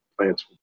plants